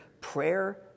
Prayer